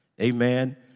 Amen